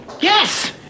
Yes